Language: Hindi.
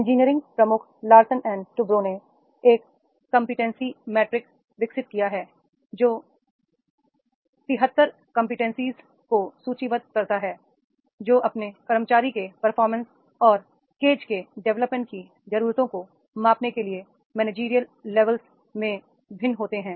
इंजी निय रिंग प्रमुख लार्सन एंड टु ब्रो ने एक कंबटेंसीज मैट्रिक्स विकसित किया है जो 73 कंबटेंसीज को सूचीबद्ध करता है जो अपने कर्मचारी के परफॉर्मेंस और केज के डेवलपमेंट की जरूरतों को मापने के लिए मैनेजरियल लेवल्स में भिन्न होते हैं